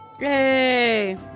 Yay